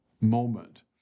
moment